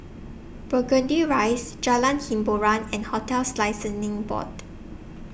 Burgundy Rise Jalan Hiboran and hotels Licensing Board